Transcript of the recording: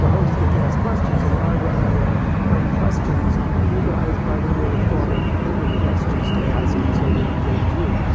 the host get to ask questions, and when i've run out of dumb questions you guys by then will have thought of brilliant questions to ask and so we'll engage you.